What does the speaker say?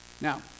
Now